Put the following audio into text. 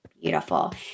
Beautiful